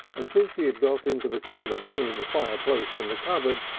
and since he had got into the corner between the fireplace and the cupboard,